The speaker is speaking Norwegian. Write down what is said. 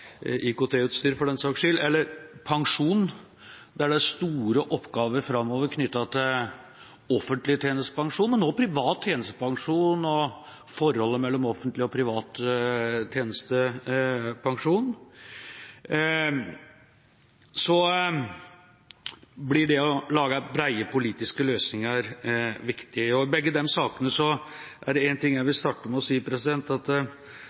IKT-utstyr, for den saks skyld – og pensjon, der det er store oppgaver framover knyttet til offentlig tjenestepensjon, men også til privat tjenestepensjon og forholdet mellom offentlig og privat tjenestepensjon, blir det å lage brede politiske løsninger viktig. Når det gjelder begge disse områdene, er det en ting jeg vil starte med å si: